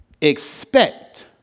expect